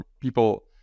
people